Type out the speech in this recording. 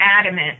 adamant